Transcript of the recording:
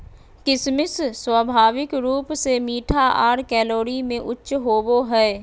किशमिश स्वाभाविक रूप से मीठा आर कैलोरी में उच्च होवो हय